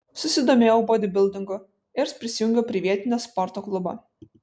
susidomėjau bodybildingu ir prisijungiau prie vietinio sporto klubo